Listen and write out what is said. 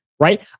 Right